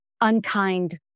unkind